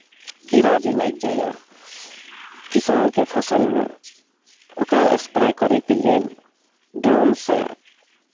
कीड़ा जे लागि जाइए किसानके फसलमे ओकरा स्प्रे करयके लेल ड्रोनसँ